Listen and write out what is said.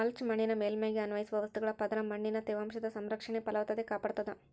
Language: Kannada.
ಮಲ್ಚ್ ಮಣ್ಣಿನ ಮೇಲ್ಮೈಗೆ ಅನ್ವಯಿಸುವ ವಸ್ತುಗಳ ಪದರ ಮಣ್ಣಿನ ತೇವಾಂಶದ ಸಂರಕ್ಷಣೆ ಫಲವತ್ತತೆ ಕಾಪಾಡ್ತಾದ